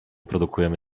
produkujemy